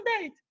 date